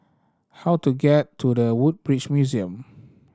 how do get to The Woodbridge Museum